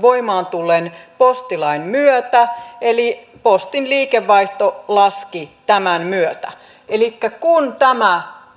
voimaan tulleen postilain myötä eli postin liikevaihto laski tämän myötä elikkä kun